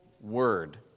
word